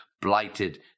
blighted